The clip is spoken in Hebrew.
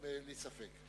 אין לי ספק.